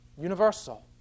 Universal